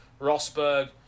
Rosberg